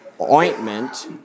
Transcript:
ointment